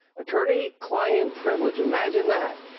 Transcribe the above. attorney-client privilege. imagine that.